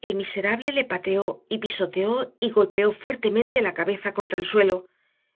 el miserable le pateó y pisoteó y le golpeó fuertemente la cabeza contra el suelo